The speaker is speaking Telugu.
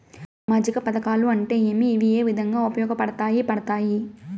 సామాజిక పథకాలు అంటే ఏమి? ఇవి ఏ విధంగా ఉపయోగపడతాయి పడతాయి?